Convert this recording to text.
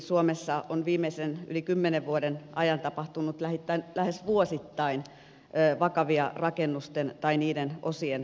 suomessa on viimeisen yli kymmenen vuoden aikana tapahtunut lähes vuosittain vakavia rakennusten tai niiden osien sortumia